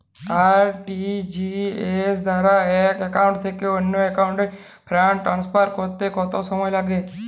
RTGS দ্বারা এক account থেকে অন্য একাউন্টে ফান্ড ট্রান্সফার করতে কত সময় লাগে?